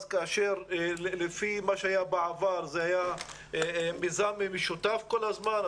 כאשר לפי מה שהיה בעבר זה היה מיזם משותף כל הזמן.